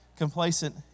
Complacent